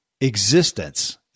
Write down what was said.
existence